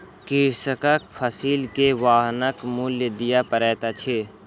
कृषकक फसिल के वाहनक मूल्य दिअ पड़ैत अछि